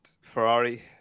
Ferrari